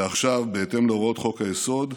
ועכשיו, בהתאם להוראות חוק-היסוד,